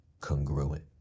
congruent